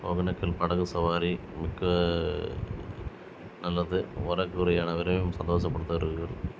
ஒகேனக்கல் படகு சவாரி மிக்க நல்லது வரக்கூடிய அனைவரையும் சந்தோசப் படுத்துகிறார்கள்